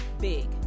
big